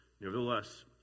Nevertheless